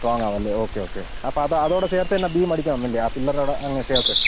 സ്ട്രോങ്ങാവല്ലേ okay ക്കെ അോടെേർത്ത് തെ ബീടിക്കന്നില്ല ആ പിള്ളറോട അങ്ങന ചേർത്ത്